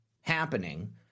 happening